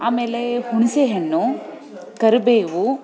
ಆಮೇಲೆ ಹುಣಿಸೆಹಣ್ಣು ಕರಿಬೇವು